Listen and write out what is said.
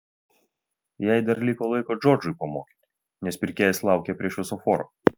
jai dar liko laiko džordžui pamokyti nes pirkėjas laukė prie šviesoforo